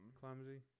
clumsy